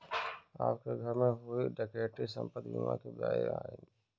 आपके घर में हुई डकैती संपत्ति बीमा के दायरे में आएगी